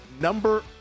number